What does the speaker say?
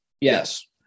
Yes